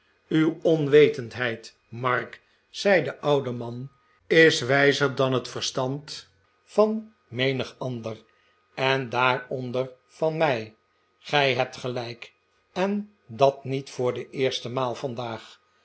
uw onwetendheid mark zei de oude man is wijzer dan het verstand van menig ander en daaronder van mij gij hebt gelijk en dat niet voor de eerste maal vandaag